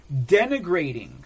denigrating